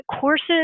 courses